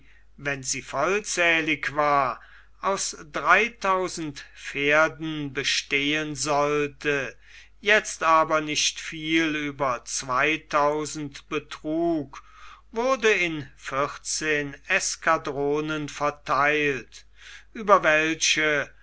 wenn sie vollzählig war aus dreitausend pferden bestehen sollte jetzt aber nicht viel über zweitausend betrug wurde in vierzehn escadronen vertheilt über welche